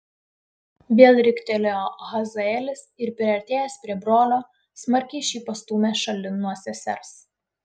vėl riktelėjo hazaelis ir priartėjęs prie brolio smarkiai šį pastūmė šalin nuo sesers